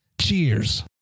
Cheers